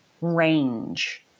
range